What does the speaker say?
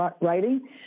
writing